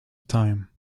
time